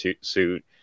suit